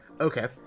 Okay